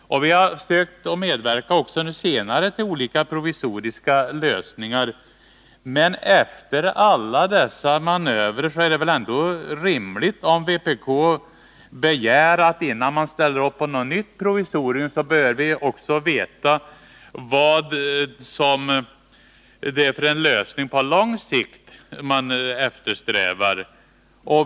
Vi har sökt att medverka också senare till olika provisoriska lösningar, men efter alla dessa manövrer är det väl ändå rimligt om vpk begär att man, innan man ställer upp på något nytt provisorium, också bör få veta vad det är för lösning på lång sikt som eftersträvas.